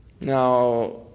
Now